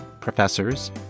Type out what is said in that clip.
professors